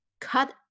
cut